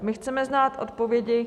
My chceme znát odpovědi.